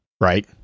Right